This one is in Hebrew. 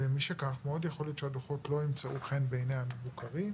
ומשכך מאוד יכול להיות שהדוחות לא ימצאו חן בעיני המבוקרים.